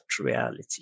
reality